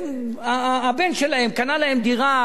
והבן שלהם קנה להם דירה,